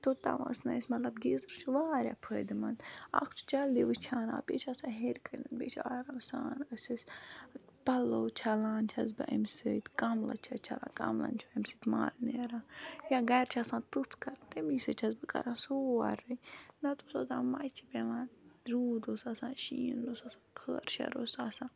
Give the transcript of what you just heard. توٚتام ٲس نہٕ اَسہِ مطلب گیٖزَر چھُ واریاہ فٲیِدٕ منٛد اَکھ چھُ جلدی وٕشان آب بیٚیہِ چھِ آسان ہیٚرِکَنۍ بیٚیہِ چھِ آرام سان أسۍ ٲسۍ پَلو چھَلان چھَس بہٕ اَمہِ سۭتۍ کَملہٕ چھَس چھَلان کَملَن چھُ اَمہِ سۭتۍ مَل نیران یا گَرِ چھِ آسان تٔژھ کَرٕنۍ تَمی سۭتۍ چھَس بہٕ کَران سورُے نَتہٕ حظ اوس اوٚتام مَچہِ پٮ۪وان روٗد اوس آسان شیٖن اوس آسان خٲر شَر اوس آسان